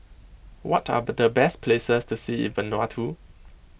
what are the best places to see in Vanuatu